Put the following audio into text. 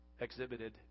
exhibited